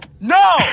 no